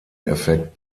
effekt